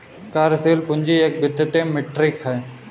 कार्यशील पूंजी एक वित्तीय मीट्रिक है